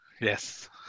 yes